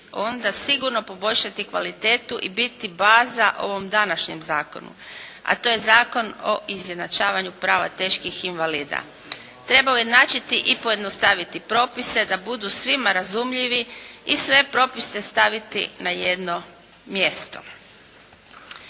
onda sigurno poboljšati kvalitetu i biti baza ovom današnjem zakonu, a to je Zakon o izjednačavanju prava teških invalida. Treba ujednačiti i pojednostaviti propise da budu svima razumljivi i sve propise staviti na jedno mjesto.